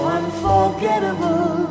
unforgettable